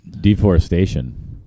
Deforestation